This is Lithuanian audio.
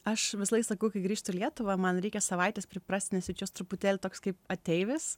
aš visąlaik sakau kai grįžtu į lietuvą man reikia savaitės priprasti nes jaučiuos truputėlį toks kaip ateivis